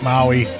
Maui